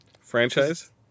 franchise